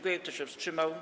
Kto się wstrzymał?